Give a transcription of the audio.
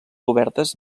obertes